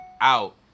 out